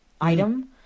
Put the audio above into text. item